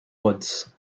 woods